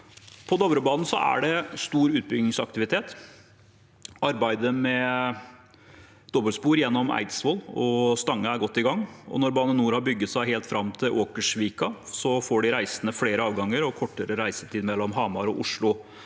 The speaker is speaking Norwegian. På Dovrebanen er det stor utbyggingsaktivitet. Arbeidet med dobbeltspor gjennom Eidsvoll og Stange er godt i gang, og når Bane NOR har bygget seg helt fram til Åkersvika, får de reisende flere avganger og kortere reisetid mellom Hamar og Oslo.